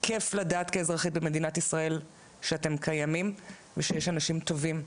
כיף לדעת כאזרחית במדינת ישראל שאתם קיימים ושיש אנשים טובים,